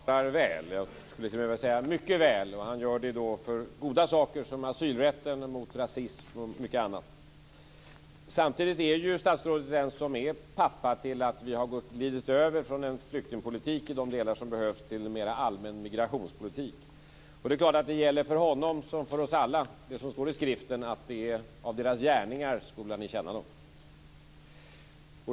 Fru talman! Statsrådet talar väl, för att inte säga mycket väl. Han gör det för goda saker som asylrätt, mot rasism och mycket annat. Samtidigt är det ju statsrådet som är pappa till att vi har glidit över från en flyktingpolitik i de delar som behövs, till en mer allmän migrationspolitik. För statsrådet som för oss alla gäller naturligtvis det som står i skriften, nämligen att av deras gärningar skola ni känna dem.